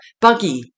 buggy